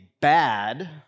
bad